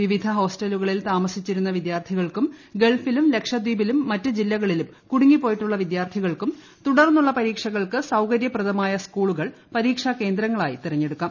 വിവിധ ഹോസ്റ്റലുകളിൽ താമസിച്ചിരുന്ന വിദ്യാർത്ഥികൾക്കും ഗൾഫിലും ലക്ഷദ്വീപിലും മറ്റ് ജില്ലകളിലും കുടുങ്ങിപ്പോയിട്ടുള്ള വിദ്യാർത്ഥികൾക്കും തുടർന്നുള്ള പരീക്ഷകൾക്ക് സൌകര്യപ്രദമായ സ്കൂളുകൾ പരീക്ഷാകേന്ദ്രങ്ങളായി തെരഞ്ഞെടുക്കാം